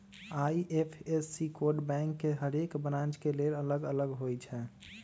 IFSC code bank के हरेक branch के लेल अलग अलग होई छै